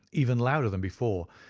even louder than before,